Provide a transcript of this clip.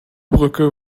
brücke